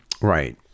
Right